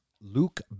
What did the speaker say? Luke